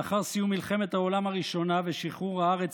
לאחר סיום מלחמת העולם הראשונה ושחרור הארץ